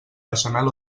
beixamel